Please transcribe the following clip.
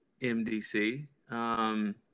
MDC